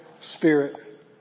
spirit